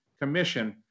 Commission